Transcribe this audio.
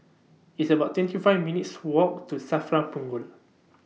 It's about twenty five minutes' Walk to SAFRA Punggol